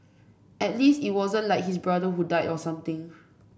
at least it wasn't like his brother who died or something